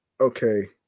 okay